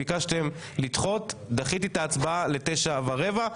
ביקשתם לדחות ודחיתי את ההצבעה לתשע ורבע,